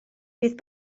bydd